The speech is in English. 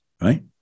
right